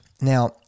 Now